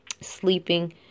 sleeping